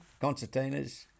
concertinas